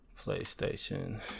PlayStation